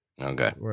Okay